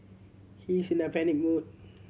he is in a panic mode